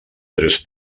tres